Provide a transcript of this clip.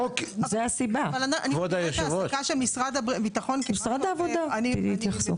משרד העבודה יתייחסו.